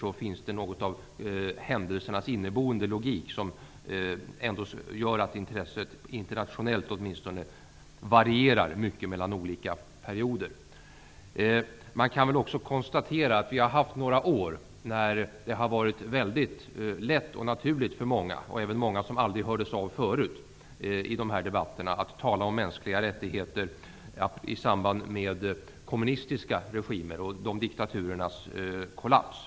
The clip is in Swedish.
Det finns ändå något av en händelsernas inneboende logik, som gör att intresset, åtminstone internationellt, varierar mycket mellan olika perioder. Man kan konstatera att vi har haft några år när det har varit lätt och naturligt för många att tala om mänskliga rättigheter i samband med kommunistiska regimer och de diktaturernas kollaps.